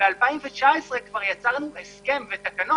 ב-2019 כבר יצאו הסכם ותקנות